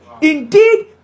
Indeed